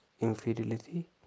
infidelity